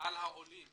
על העולים